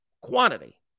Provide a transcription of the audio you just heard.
quantity